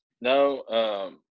no